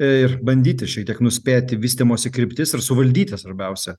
ir bandyti šiek tiek nuspėti vystymosi kryptis ir suvaldyti svarbiausia